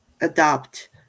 adopt